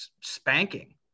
spanking